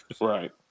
Right